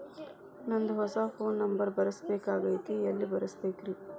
ನಂದ ಹೊಸಾ phone number ಬರಸಬೇಕ್ ಆಗೈತ್ರಿ ಎಲ್ಲೆ ಬರಸ್ಬೇಕ್ರಿ?